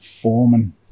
foreman